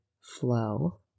flow